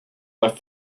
left